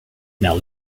now